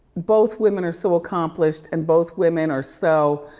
both women are so accomplished and both women are so